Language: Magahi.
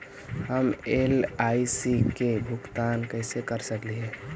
हम एल.आई.सी के भुगतान कैसे कर सकली हे?